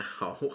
now